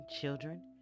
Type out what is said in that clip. children